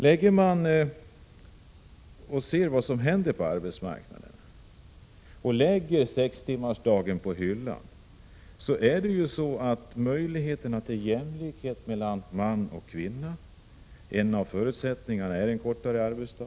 Lägger man förslaget om sextimmarsdag på hyllan minskar möjligheterna till jämlikhet mellan man och kvinna på arbetsmarknaden. En av förutsättningarna för detta är kortare arbetsdag.